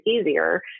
easier